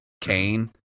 Cain